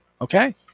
Okay